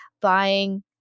buying